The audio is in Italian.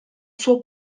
suo